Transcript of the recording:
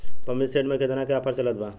Pumping set पर केतना के ऑफर चलत बा?